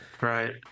right